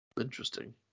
Interesting